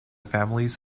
families